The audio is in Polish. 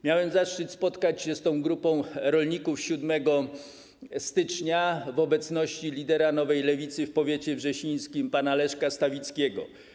Miałem zaszczyt spotkać się z tą grupą rolników 7 stycznia w obecności lidera Nowej Lewicy w powiecie wrzesińskim pana Leszka Stawickiego.